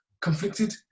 conflicted